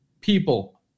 people